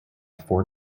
four